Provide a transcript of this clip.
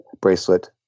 bracelet